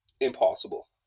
impossible